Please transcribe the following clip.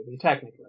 technically